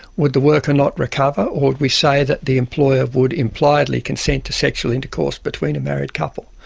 would the worker not recover, or would we say that the employer would impliedly consent to sexual intercourse between a married couple?